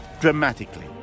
dramatically